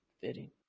Fitting